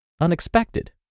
unexpected